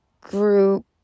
group